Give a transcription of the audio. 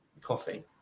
coffee